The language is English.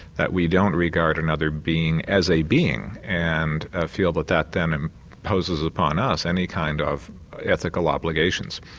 that we don't regard another being as a being and feel that that then and imposes upon us any kind of ethical obligations.